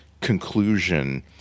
conclusion